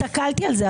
הסתכלתי על זה.